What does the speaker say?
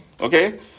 Okay